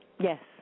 Yes